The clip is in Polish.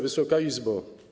Wysoka Izbo!